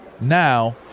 Now